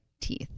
teeth